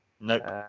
Nope